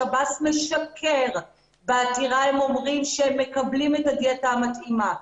שירות בתי הסוהר משקר ועתירה אומר שהם מקבלים את הדיאטה המתאימה.